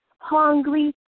Hungry